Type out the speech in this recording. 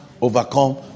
overcome